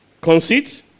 conceit